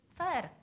fair